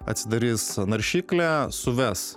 atsidarys naršyklę suves